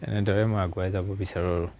এনেদৰে মই আগুৱাই যাব বিচাৰোঁ আৰু